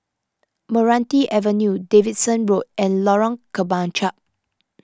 Meranti Avenue Davidson Road and Lorong Kemunchup